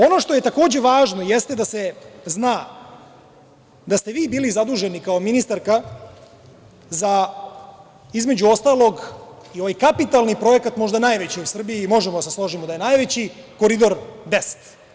Ono što je takođe važno, jeste da se zna da ste vi bili zaduženi, kao ministarka za, između ostalog, i ovaj kapitalni projekta, možda najveći u Srbiji, možemo da se složimo da je najveći, Koridor 10.